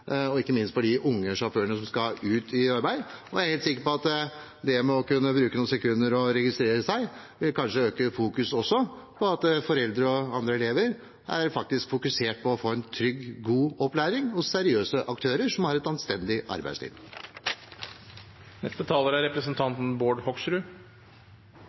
ikke minst for de unge sjåførene som skal ut i arbeid. Jeg er helt sikker på at det å kunne bruke noen sekunder på å registrere seg kanskje også vil øke fokuset, slik at foreldre og elever er fokusert på å få en trygg og god opplæring hos seriøse aktører i et anstendig arbeidsliv. Jeg kan jo starte med sitatet fra Olav Oksvik, e.l. – jeg er